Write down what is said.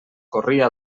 corria